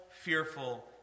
fearful